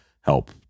help